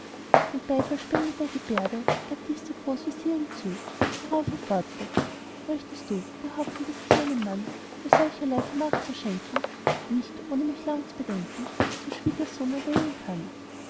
mit beifallspendender gebärde gab dies der großvezier ihm zu worauf er fortfuhr möchtest du behaupten daß ich einen mann der solcherlei vermag zu schenken nicht ohne lang mich zu bedenken zum schwiegersohn erwählen kann